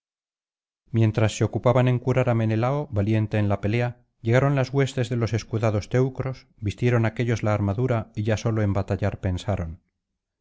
mientras se ocupaban en curar ámenelao valiente en la pelea llegaron las huestes de los escudados teucros vistieron aquéllos la armadura y ya sólo en batallar pensaron